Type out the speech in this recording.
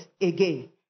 again